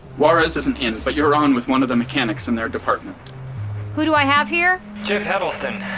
juarez isn't in, but you're on with one of the mechanics in their department who do i have here? chip heddleston.